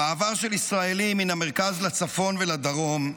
המעבר של ישראלים מן המרכז לצפון ולדרום,